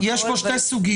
אבל --- יש פה שתי סוגיות.